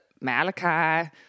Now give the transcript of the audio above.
Malachi